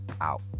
out